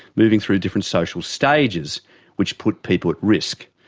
moving through different social stages which put people at risk.